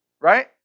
Right